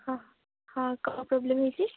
ହଁ ହଁ କ'ଣ ପ୍ରୋବ୍ଲେମ ହେଇଛି